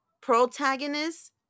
protagonist